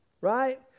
right